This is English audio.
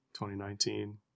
2019